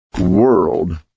world